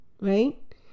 Right